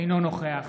אינו נוכח